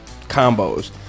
combos